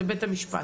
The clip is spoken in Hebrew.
זה בית המשפט,